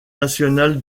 nationale